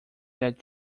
that